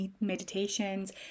meditations